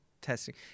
testing